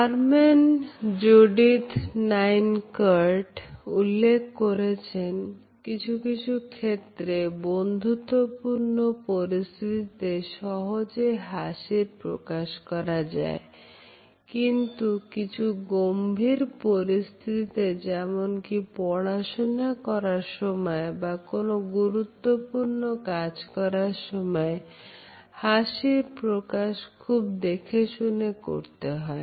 কারমেন Judith Nine Curt উল্লেখ করেছেন কিছু কিছু ক্ষেত্রে বন্ধুত্বপূর্ণ পরিস্থিতিতে সহজে হাসির প্রকাশ করা যায় কিন্তু কিছু গম্ভীর পরিস্থিতিতে যেমন কি পড়াশোনা করার সময় বা কোন গুরুত্বপূর্ণ কাজ করার সময় হাসির প্রকাশ খুব দেখেশুনে করতে হয়